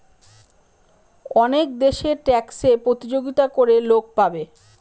অনেক দেশে ট্যাক্সে প্রতিযোগিতা করে লোক পাবে